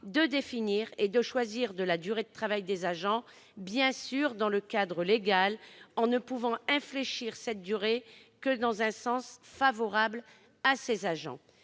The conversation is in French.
de définir et de choisir la durée de travail des agents, bien sûr dans le cadre légal, en ne pouvant infléchir cette durée que dans un sens favorable à ces agents.